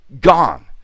gone